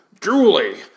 Julie